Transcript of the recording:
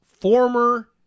former